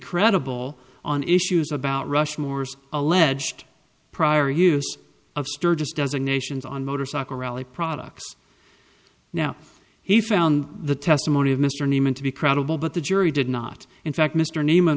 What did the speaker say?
credible on issues about rushmore alleged prior use of sturgis dozen nations on motorcycle rally products now he found the testimony of mr newman to be credible but the jury did not in fact mr ne